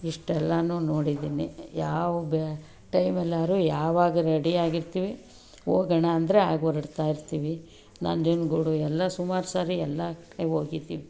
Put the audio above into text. ಇಷ್ಟೆಲ್ಲನೂ ನೋಡಿದ್ದೀನಿ ಯಾವ ಬೆ ಟೈಮಲ್ಲಾದ್ರೂ ಯಾವಾಗ ರೆಡಿಯಾಗಿರ್ತೀವಿ ಹೋಗೋಣ ಅಂದರೆ ಹಾಗೆ ಓರ್ಡ್ತಾಯಿರ್ತೀವಿ ನಂಜನಗೂಡು ಎಲ್ಲ ಸುಮಾರು ಸರಿ ಎಲ್ಲ ಕಡೆ ಹೋಗಿದ್ದೀನಿ